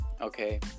okay